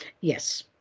Yes